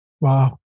Wow